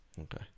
okay